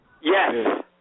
Yes